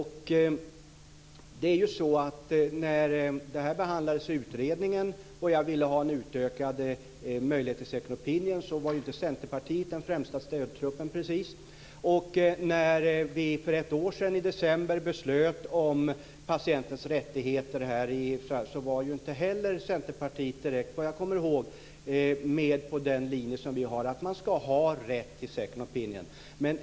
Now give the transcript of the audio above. När frågan behandlades i utredningen och jag ville ha en utökad möjlighet till second opinion var inte Centerpartiet den främsta stödtruppen. När vi här för ett år sedan i december beslöt om patientens rättigheter var inte heller Centerpartiet direkt med på den linje som vi har, dvs. att man ska ha rätt till second opinion.